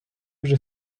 вже